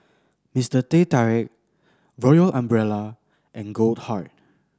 Mister Teh Tarik Royal Umbrella and Goldheart